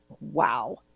Wow